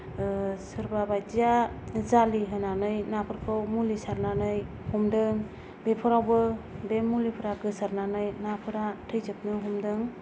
सोरबा बायदिया जालि होनानै नाफोरखौ मुलि सारनानै हमदों बेफोरावबो बे मुलिफोरा गोसारनानै नाफोरा थैजोबनो हमदों